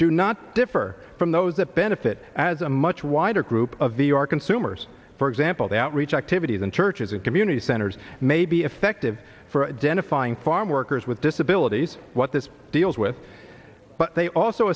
do not differ from those that benefit as a much wider group of the our consumers for example the outreach activities in churches and community centers may be effective for jennifer fine farm workers with disabilities what this deals with but they also